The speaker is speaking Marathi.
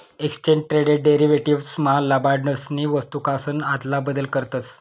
एक्सचेज ट्रेडेड डेरीवेटीव्स मा लबाडसनी वस्तूकासन आदला बदल करतस